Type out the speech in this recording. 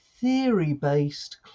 theory-based